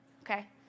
okay